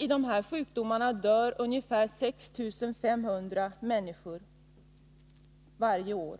I dessa sjukdomar dör ungefär 6 500 människor varje år.